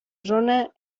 zona